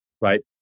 right